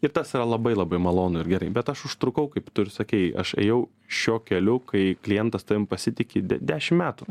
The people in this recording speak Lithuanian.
ir tas yra labai labai malonu ir gerai bet aš užtrukau kaip tu ir sakei aš ėjau šiuo keliu kai klientas tavim pasitiki de dešimt metų